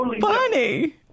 funny